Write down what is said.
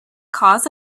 cause